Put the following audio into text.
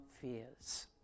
fears